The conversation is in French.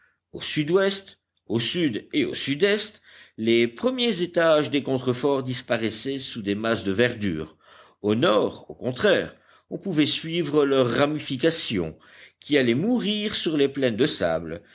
au sud-ouest au sud et au sudest les premiers étages des contreforts disparaissaient sous des masses de verdure au nord au contraire on pouvait suivre leurs ramifications qui allaient mourir sur les plaines de sable